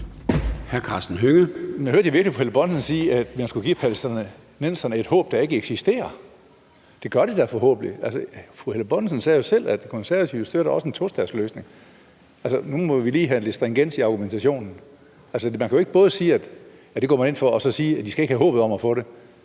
Hørte jeg virkelig fru Helle Bonnesen sige, at der skulle være tale om at give palæstinenserne et håb, der ikke eksisterer. Det gør det da forhåbentlig. Fru Helle Bonnesen sagde jo selv, at Konservative også støtter en tostatsløsning. Altså, nu må vi lige have lidt stringens i argumentationen. Man kan jo ikke både sige, at det går man ind for, og sige, at